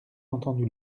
entendu